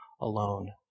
alone